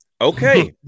Okay